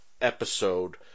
episode